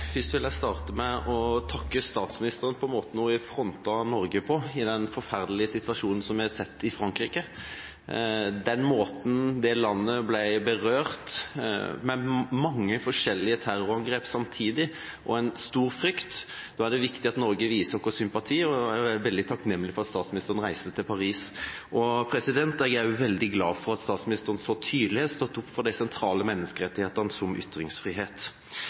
Først vil jeg starte med å takke statsministeren for måten hun har frontet Norge på i den forferdelige situasjonen som vi har sett i Frankrike. Med den måten det landet ble berørt på, med mange forskjellige terrorangrep samtidig og en stor frykt, er det viktig at vi i Norge viser vår sympati, og jeg er veldig takknemlig for at statsministeren reiste til Paris. Jeg er også veldig glad for at statsministeren så tydelig har stått opp for de sentrale menneskerettighetene, som ytringsfrihet.